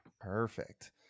Perfect